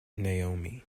naomi